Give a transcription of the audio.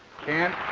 can